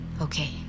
Okay